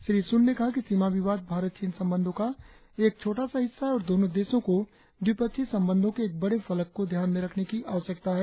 Shri Sun ने कहा कि सिमा विवाद भारत चीन संबंधों का एक छोटा सा हिस्सा है और दोनों देशों को द्विपक्षीय संबंधों के बड़े फलक को ध्यान में रखने की आवश्यकता है